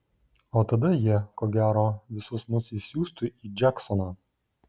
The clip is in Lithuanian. o tada jie ko gero visus mus išsiųstų į džeksoną